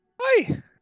Hi